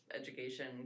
education